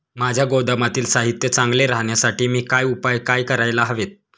माझ्या गोदामातील साहित्य चांगले राहण्यासाठी मी काय उपाय काय करायला हवेत?